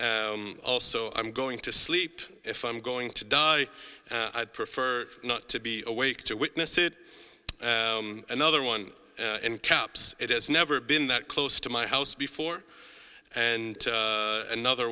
also i'm going to sleep if i'm going to die and i'd prefer not to be awake to witness it another one in caps it has never been that close to my house before and another